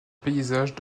paysages